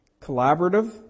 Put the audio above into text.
Collaborative